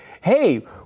hey